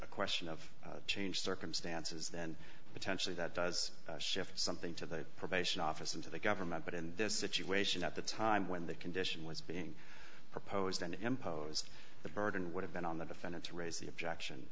a question of change circumstances then potentially that does shift something to the probation office and to the government but in this situation at the time when the condition was being proposed and imposed the burden would have been on the defendant to raise the objection